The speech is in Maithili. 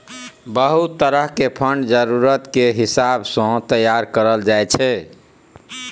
बहुत तरह के फंड जरूरत के हिसाब सँ तैयार करल जाइ छै